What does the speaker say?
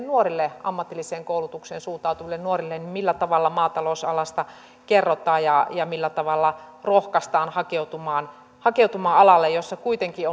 nuorille ammatilliseen koulutukseen suuntautuville nuorille maatalousalasta kerrotaan ja ja millä tavalla rohkaistaan hakeutumaan hakeutumaan alalle jossa kuitenkin